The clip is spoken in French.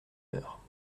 heure